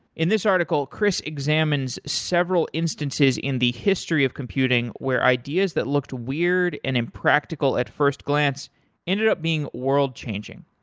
in this article, chris examines several instances in the history of computing where ideas that looked weird and impractical at first glance ended up being world changing.